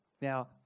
Now